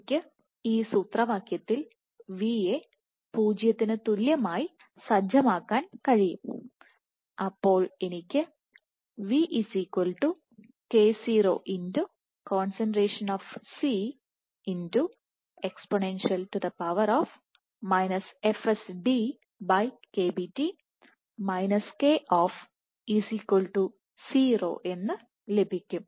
എനിക്ക് ഈ സൂത്രവാക്യത്തിൽ v യെ 0 ത്തിന് തുല്യമായി സജ്ജമാക്കാൻ കഴിയും അപ്പോൾ എനിക്ക് vk0Ce fsdKBT koff0 എന്ന് ലഭിക്കും